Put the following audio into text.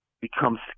become